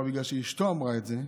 אבל בגלל שאשתו אמרה את זה,